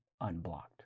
unblocked